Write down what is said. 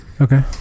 Okay